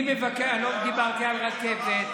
לא דיברתי על רכבת.